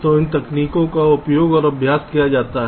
तो इन तकनीकों का उपयोग और अभ्यास किया जाता है